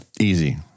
easy